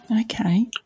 Okay